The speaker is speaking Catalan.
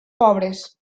pobres